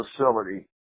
facility